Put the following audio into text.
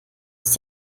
dass